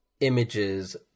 images